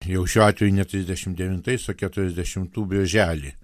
jau šiuo atveju ne trisdešim devintais o keturiasdešimų birželį